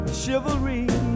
chivalry